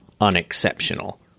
unexceptional